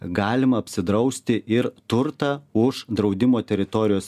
galima apsidrausti ir turtą už draudimo teritorijos